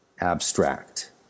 abstract